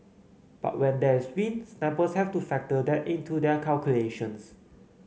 but when there is wind snipers have to factor that into their calculations